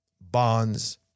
bonds